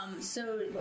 so-